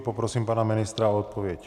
Poprosím pana ministra o odpověď.